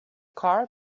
car